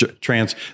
trans